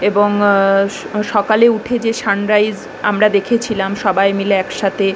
এবং সকালে উঠে যে সানরাইজ আমরা দেখেছিলাম সবাই মিলে একসাথে